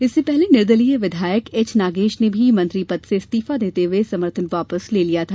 इससे पहले निर्देलीय विधायक एच नागेश ने भी मंत्री पद से इस्तीफा देते हुए समर्थन वापस ले लिया था